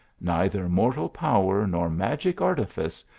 neither mortal power, nor magic artifice,